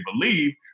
believe